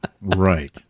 right